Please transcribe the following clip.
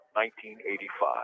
1985